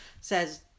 says